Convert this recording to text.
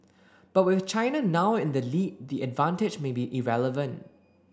but with China now in the lead the advantage may be irrelevant